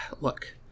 Look